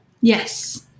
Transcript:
yes